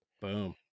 Boom